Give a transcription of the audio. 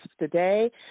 today